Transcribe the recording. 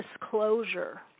disclosure